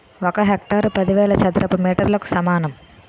ఒక హెక్టారు పదివేల చదరపు మీటర్లకు సమానం